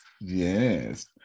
yes